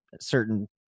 certain